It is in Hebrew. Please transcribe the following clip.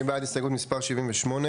מי בעד הסתייגות מספר 78?